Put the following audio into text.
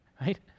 right